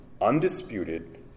undisputed